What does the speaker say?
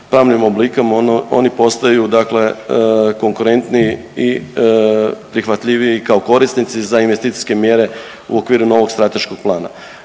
pravnim oblikom oni postaju dakle konkurentniji i prihvatljiviji kao korisnici za investicijske mjere u okviru novog strateškog plana.